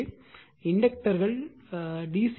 எனவே இன்டக்டர்கள் டி